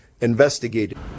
investigated